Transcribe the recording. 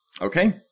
Okay